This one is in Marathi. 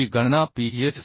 ची गणना Ps